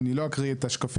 אני לא אקריא את השקפים,